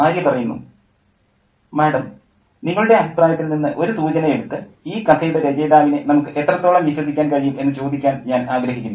Arya madam നിങ്ങളുടെ അഭിപ്രായത്തിൽ നിന്ന് ഒരു സൂചന എടുത്ത് ഈ കഥയുടെ രചയിതാവിനെ നമുക്ക് എത്രത്തോളം വിശ്വസിക്കാൻ കഴിയും എന്നു ചോദിക്കാൻ ഞാൻ ആഗ്രഹിക്കുന്നു